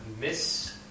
miss